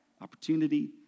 opportunity